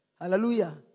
Hallelujah